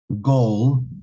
goal